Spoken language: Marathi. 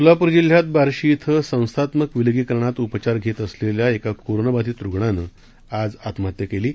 सोलापूर जिल्ह्यातल्या बार्शी ध्वि संस्थात्मक विलगिकरणात उपचार घेत असलेल्या एका कोरोना बाधित रुग्णानं आज आत्महत्या केली आहे